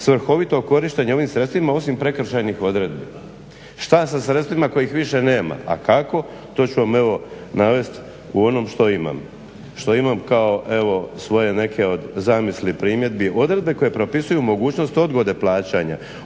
svrhovito korištenje ovim sredstvima osim prekršajnih odredbi. Šta sa sredstvima kojih više nema? A kako, to ću vam evo navesti u onom što imam kao evo svoje neke od zamisli primjedbi odredbe koje propisuju mogućnost odgode plaćanja,